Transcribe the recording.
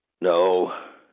No